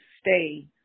stay